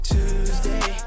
Tuesday